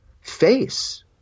face